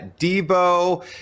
Debo